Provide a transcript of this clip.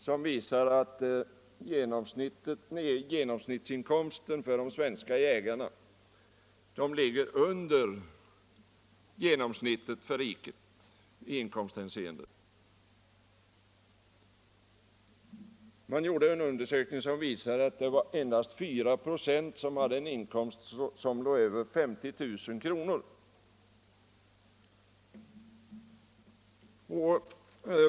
Den visar att genomsnittsinkomsten för de svenska jägarna ligger under genomsnittsinkomsten för riket. Endast 4 96 hade en inkomst på över 50 000 kr.